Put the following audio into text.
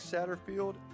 Satterfield